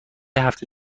هفته